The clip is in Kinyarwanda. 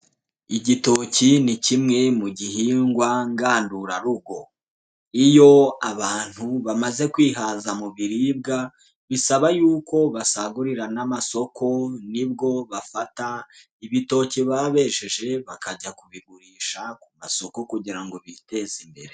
Igitoki ni kimwe mu gihingwa ngandurarugo. Iyo abantu bamaze kwihaza mu biribwa, bisaba yuko basagurira n'amasoko nibwo bafata ibitoki baba bejeje bakajya kubigurisha ku masoko kugira ngo biteze imbere.